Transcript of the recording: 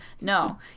No